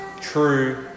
true